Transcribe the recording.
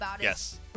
Yes